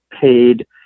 paid